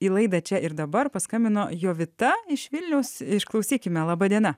į laida čia ir dabar paskambino jovita iš vilniaus išklausykime laba diena